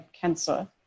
cancer